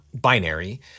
binary